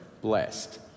blessed